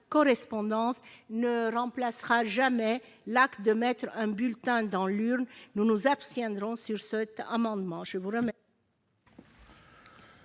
correspondance ne remplacera jamais l'acte consistant à mettre un bulletin dans l'urne, nous nous abstiendrons sur cet amendement.